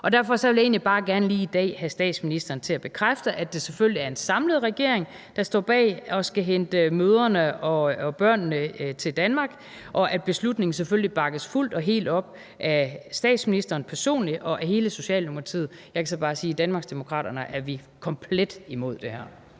Derfor vil jeg egentlig bare gerne lige i dag have statsministeren til at bekræfte, at det selvfølgelig er en samlet regering, der står bag at skulle hente mødrene og børnene til Danmark, og at beslutningen selvfølgelig bakkes fuldt og helt op af statsministeren personligt og af hele Socialdemokratiet. Jeg kan så bare sige, at i Danmarksdemokraterne er vi komplet imod det her.